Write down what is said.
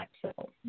flexible